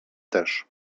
też